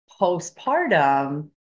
postpartum